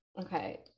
Okay